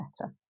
better